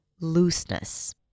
looseness